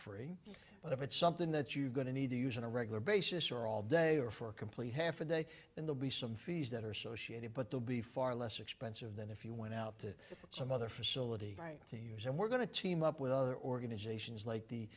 free but if it's something that you going to need to use on a regular basis or all day or for a complete half a day then they'll be some fees that are associated but they'll be far less expensive than if you went out to some other facility to use and we're going to team up with other organizations like the